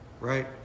Right